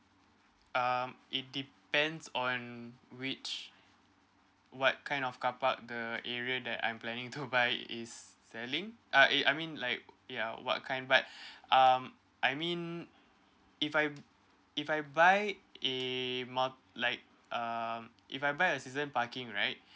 um it depends on which what kind of carpark the area that I'm planning to buy is selling uh it I mean like ya what kind but um I mean if I if I buy a mult~ like um if I buy a season parking right